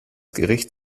gericht